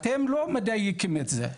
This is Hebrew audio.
אתם לא מדייקים את זה.